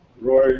Roy